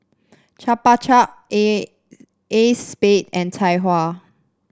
Chupa Chup A Acexspade and Tai Hua